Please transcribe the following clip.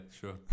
sure